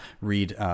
read